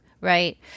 Right